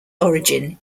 origin